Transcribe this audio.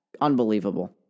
Unbelievable